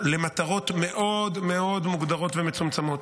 למטרות מאוד מאוד מוגדרות ומצומצמות.